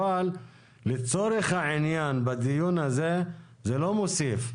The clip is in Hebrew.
אבל לצורך העניין בדיון הזה זה לא מוסיף.